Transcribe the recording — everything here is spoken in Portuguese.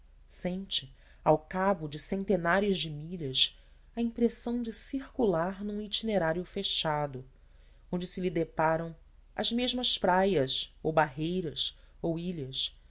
sente ao cabo de centenares de milhas a impressão de circular num itinerário fechado onde se lhe deparam as mesmas praias ou barreiras ou ilhas